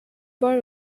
part